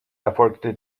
erfolgte